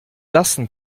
lassen